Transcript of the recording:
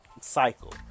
cycle